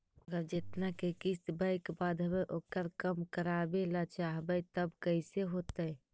अगर जेतना के किस्त बैक बाँधबे ओकर कम करावे ल चाहबै तब कैसे होतै?